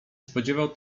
spodziewał